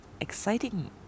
exciting